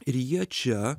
ir jie čia